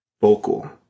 vocal